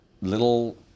little